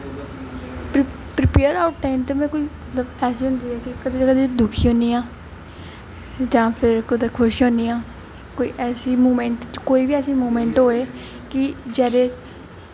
prepare हर time ते कोई मतलब ऐसी होंदी ऐ कि कदें कदें दुखी होनी आं जां फिर कुदै खुश होनी आं कोई ऐसी मूवमेंट कोई बी ऐसी मूवमेंट होए कि जदूं